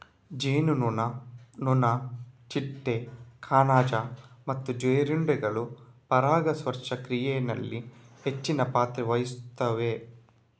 ಜೇನುನೊಣ, ನೊಣ, ಚಿಟ್ಟೆ, ಕಣಜ ಮತ್ತೆ ಜೀರುಂಡೆಗಳು ಪರಾಗಸ್ಪರ್ಶ ಕ್ರಿಯೆನಲ್ಲಿ ಹೆಚ್ಚಿನ ಪಾತ್ರ ವಹಿಸ್ತವೆ